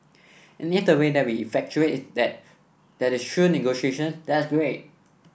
and if the way that we effectuate that that is through negotiations that's great